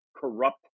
corrupt